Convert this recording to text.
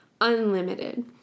unlimited